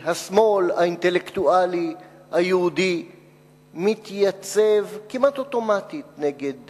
בכך שהשמאל האינטלקטואלי היהודי מתייצב כמעט אוטומטית נגד,